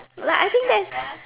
like I think that's